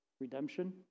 redemption